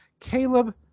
Caleb